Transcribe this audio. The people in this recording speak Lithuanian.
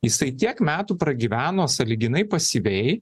jisai tiek metų pragyveno sąlyginai pasyviai